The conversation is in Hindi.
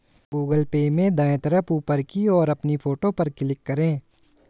गूगल पे में दाएं तरफ ऊपर की ओर अपनी फोटो पर क्लिक करें